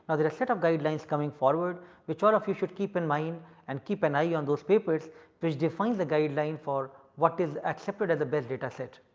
there are set of guidelines coming forward which one of you should keep in mind and keep an eye on those papers which defines the guideline for what is accepted as a best data set.